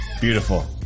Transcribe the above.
Beautiful